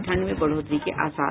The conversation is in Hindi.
ठंड में बढ़ोतरी के आसार